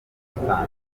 amanota